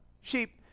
sheep